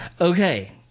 Okay